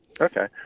Okay